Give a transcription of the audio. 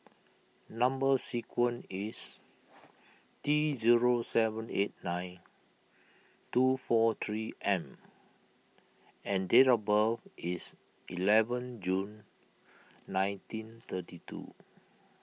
Number Sequence is T zero seven eight nine two four three M and date of birth is eleven June nineteen thirty two